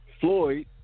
Floyd